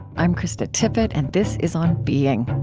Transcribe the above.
i'm krista tippett, and this is on being